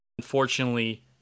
unfortunately